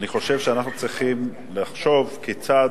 אני חושב שאנחנו צריכים לחשוב כיצד,